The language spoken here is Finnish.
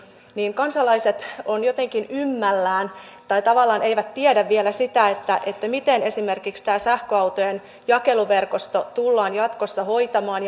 että kansalaiset ovat jotenkin ymmällään tai tavallaan eivät tiedä vielä sitä miten esimerkiksi sähköautojen jakeluverkosto tullaan jatkossa hoitamaan